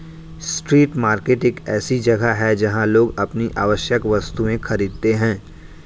street market एक ऐसी जगह है जहां लोग अपनी आवश्यक वस्तुएं खरीदते हैं